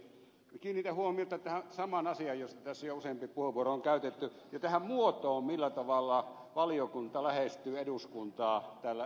kiinnitän huomiota tähän samaan asiaan josta tässä jo useampi puheenvuoro on käytetty ja tähän muotoon millä tavalla valiokunta lähestyy eduskuntaa tässä resurssiasiassa